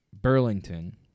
Burlington